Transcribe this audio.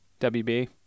WB